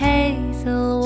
Hazel